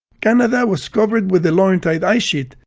canada was covered with the laurentide ice sheet,